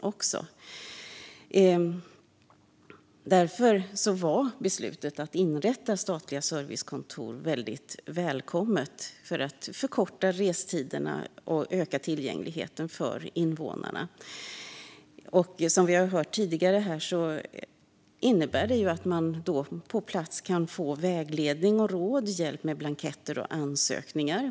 Därför var beslutet att inrätta statliga servicekontor väldigt välkommet för att förkorta restiderna och öka tillgängligheten för invånarna. Som vi har hört tidigare innebär servicekontoren att man på plats kan få vägledning och råd och hjälp med blanketter och ansökningar.